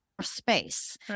space